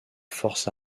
forces